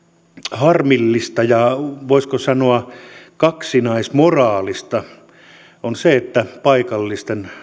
harmillista ja voisiko sanoa kaksinaismoralistista se että se paikallisten